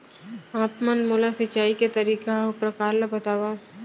आप मन मोला सिंचाई के तरीका अऊ प्रकार ल बतावव?